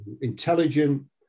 intelligent